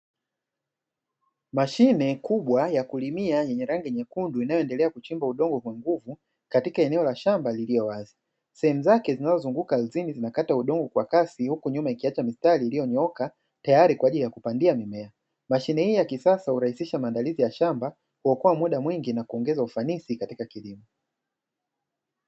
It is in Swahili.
Mashine kubwa ya kulimia yenye rangi nyekundu inayoendelea kuchimba udongo kwa nguvu katika eneo la shamba lililo wazi, sehemu zake zinazozunguka ardhini zinakata udongo kwa kasi huku nyuma ikiacha mistari iliyonyooka tayari kwa ajili ya kupandia mimea, mashine hii ya kisasa hurahisisha maandalizi ya shamba ,huokoa muda mwingi , kuongeza ufanisi katika kilimo.